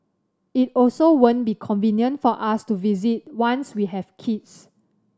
it also won't be convenient for us to visit once we have kids